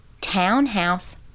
townhouse